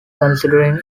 considering